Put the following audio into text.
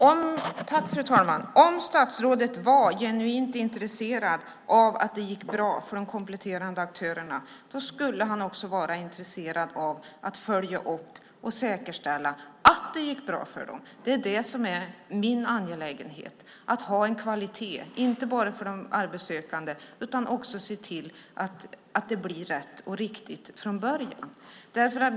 Fru talman! Om statsrådet var genuint intresserad av att det gick bra för de kompletterande aktörerna skulle han också vara intresserad av att följa upp och säkerställa att det gick bra för dem. Det är vad som är min angelägenhet. Det handlar om att ha en kvalitet inte bara för de arbetssökande. Det gäller också att se till att det blir rätt och riktigt från början.